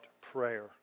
prayer